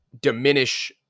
diminish